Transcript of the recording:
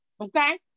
Okay